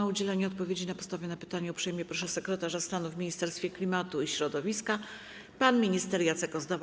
O udzielenie odpowiedzi na postawione pytania uprzejmie proszę sekretarza stanu w Ministerstwie Klimatu i Środowiska pana ministra Jacka Ozdobę.